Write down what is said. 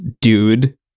dude